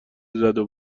زدو